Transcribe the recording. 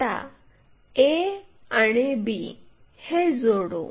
आता a आणि b हे जोडू